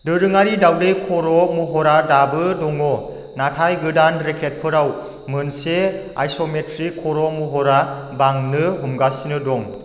दोरोङारि दावदै खर' महरा दाबो दङ नाथाय गोदान रेकेटफोराव मोनसे आइस'मेत्रिक खर' महरा बांनो हमगासिनो दं